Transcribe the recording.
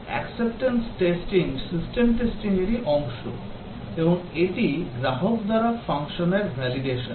acceptance testing system testing এর অংশ এবং এটি গ্রাহক দ্বারা ফাংশনের ভ্যালিডেশন